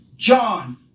John